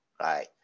right